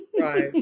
right